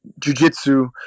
jujitsu